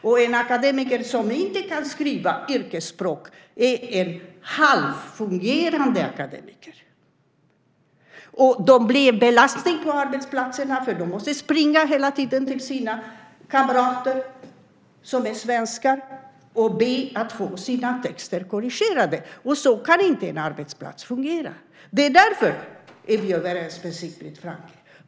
Och en akademiker som inte kan skriva yrkesspråk är en halvfungerande akademiker. Man blir en belastning på arbetsplatsen eftersom man hela tiden måste springa till sina svenska kamrater och be att få sina texter korrigerade. Så kan inte en arbetsplats fungera. Därför är vi överens med Sigbrit Franke.